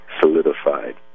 solidified